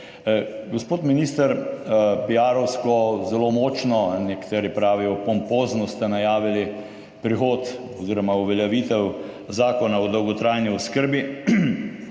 Gospod minister, piarovsko zelo močno, nekateri pravijo pompozno ste najavili prihod oziroma uveljavitev zakona o dolgotrajni oskrbi.